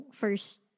first